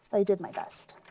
i did my best.